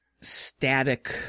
static